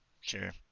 Sure